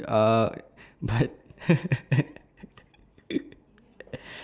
uh but